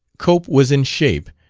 cope was in shape,